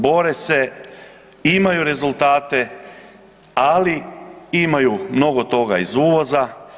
Bore se, imaju rezultate, ali imaju mnogo toga iz uvoza.